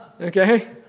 Okay